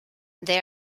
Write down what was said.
they